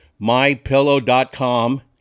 mypillow.com